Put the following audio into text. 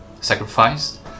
sacrificed